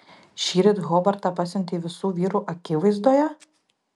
šįryt hobartą pasiuntei visų vyrų akivaizdoje